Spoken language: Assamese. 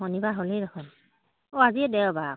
শনিবাৰ হ'লেই দেখোন অঁ আজিয়ে দেওবাৰ আকৌ